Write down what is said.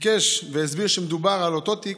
ביקש והסביר שמדובר על אותו תיק,